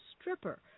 stripper